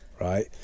right